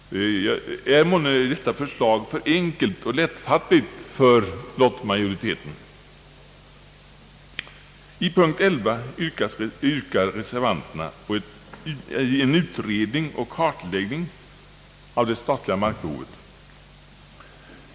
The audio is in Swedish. Är månne deita förslag för enkelt och lättfattligt för lottmajoriteten? I punkt 11 yrkar reservanterna på utredning och kartläggning av det statliga markbehovet.